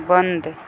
बंद